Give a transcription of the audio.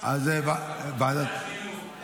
ועדת החינוך.